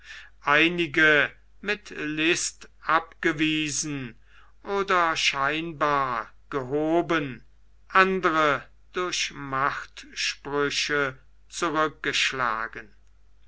einige mit list abgewiesen oder scheinbar gehoben andere durch machtsprüche zurückgeschlagen